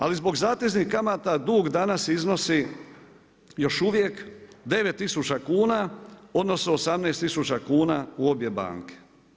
Ali zbog zateznih kamata dug danas iznosi još uvijek 9000 kn, odnosno 18000 kn u obje banke.